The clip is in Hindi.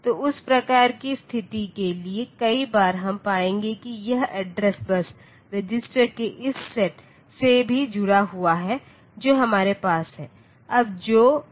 तो उस प्रकार की स्थिति के लिए कई बार हम पाएंगे कि यह एड्रेस बसBus रजिस्टर के इस सेट से भी जुड़ा हुआ है जो हमारे पास है